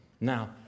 now